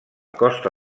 costa